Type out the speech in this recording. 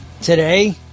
Today